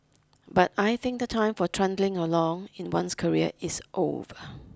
but I think the time for trundling along in one's career is over